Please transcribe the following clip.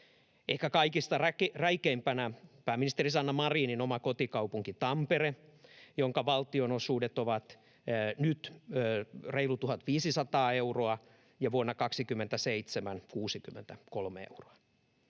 Ehkä kaikista räikeimpänä oli pääministeri Sanna Marinin oma kotikaupunki Tampere, jonka valtionosuudet ovat nyt reilut 1 500 euroa ja vuonna 27 enää 63 euroa.